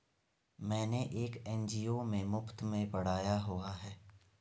मैंने एक एन.जी.ओ में मुफ़्त में पढ़ाया हुआ है